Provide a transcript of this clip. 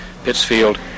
Pittsfield